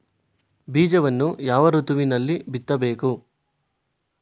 ಬೀಜವನ್ನು ಯಾವ ಋತುವಿನಲ್ಲಿ ಬಿತ್ತಬೇಕು?